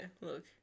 look